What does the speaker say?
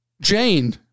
Jane